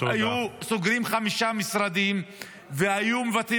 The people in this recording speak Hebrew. והיו סוגרים חמישה משרדים והיו מוותרים